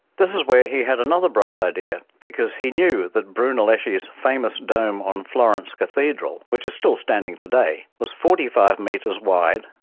this is where he had another bright idea, because he knew that brunelleschi's famous dome on florence cathedral, which is still standing today, was forty five meters wide,